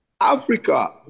Africa